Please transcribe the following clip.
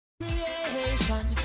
Creation